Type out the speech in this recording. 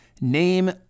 name